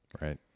Right